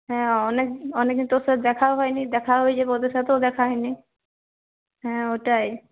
হ্যাঁ অনেক অনেকদিন তোর সাথে দেখাও হয়নি দেখাও হয়ে যাবে ওদের সাথেও দেখা হয়নি হ্যাঁ ওটাই